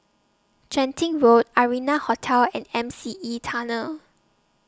Genting Road Arianna Hotel and M C E Tunnel